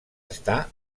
està